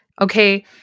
Okay